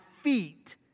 feet